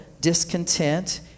discontent